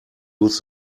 use